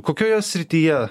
kokioje srityje